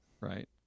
Right